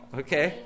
okay